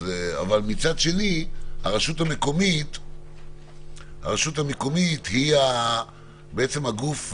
ומצד השני הרשות המקומית היא הגוף,